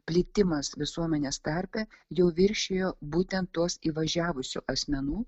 plitimas visuomenės tarpe jau viršijo būtent tuos įvažiavusių asmenų